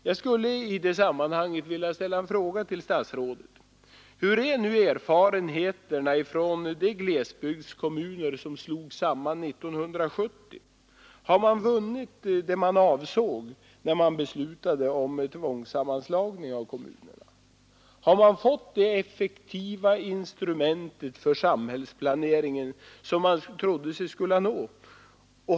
Jag skulle i det sammanhanget vilja ställa några frågor till statsrådet: Hur är nu erfarenheterna från de glesbygdskommuner som slogs samman 1970? Har man vunnit det man avsåg, när man beslutade om tvångssammanslagningar av kommunerna? Har man fått det effektiva instrument för samhällsplaneringen som man trodde sig kunna nå?